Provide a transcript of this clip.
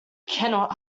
cannot